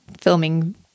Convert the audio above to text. filming